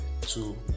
two